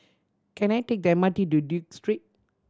can I take the M R T to Duke Street